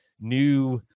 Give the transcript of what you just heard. new